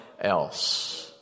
else